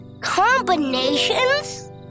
Combinations